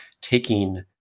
taking